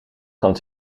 kan